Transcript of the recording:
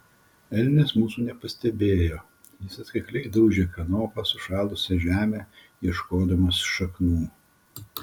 elnias mūsų nepastebėjo jis atkakliai daužė kanopa sušalusią žemę ieškodamas šaknų